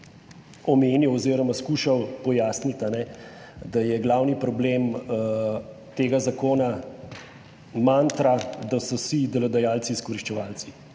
omenil oziroma skušal pojasniti, da je glavni problem tega zakona mantra, da so vsi delodajalci izkoriščevalci.